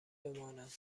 بمانند